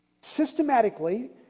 Systematically